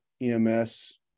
EMS